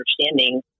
understanding